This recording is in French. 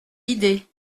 idée